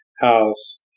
house